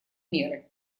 меры